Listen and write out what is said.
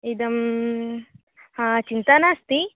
इदं हा चिन्ता नास्ति